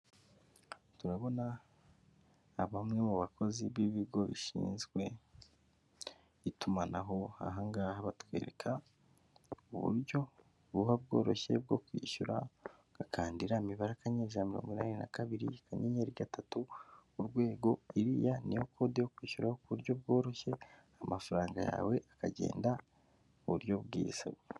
Turabona bamwe mu bakozi b'ibigo bishinzwe itumanaho, ahangaha batwereka uburyo buba bworoshye bwo kwishyura ugakanda iriya mibare: akanyenyeri ijana na mirongo inani na kabiri akanyenyeri gatatu urwego, iriya niyo kode yo kwishyura ku buryo bworoshye amafaranga yawe akagenda buryo bwizewe.